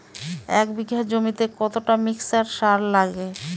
এক বিঘা জমিতে কতটা মিক্সচার সার লাগে?